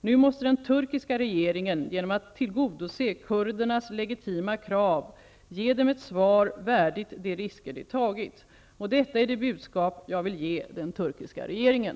Nu måste den turkiska regeringen genom att tillgodose kurdernas legitima krav ge dem ett svar värdigt de risker de tagit. Detta är det budskap jag vill ge den turkiska regeringen.